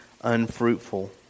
unfruitful